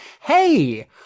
Hey